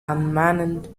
unmanned